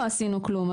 לא עשינו כלום,